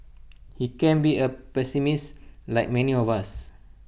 he can be A pessimist like many of us